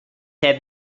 have